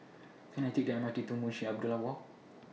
Can I Take The M R T to Munshi Abdullah Walk